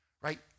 right